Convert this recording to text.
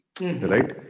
Right